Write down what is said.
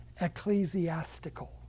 Ecclesiastical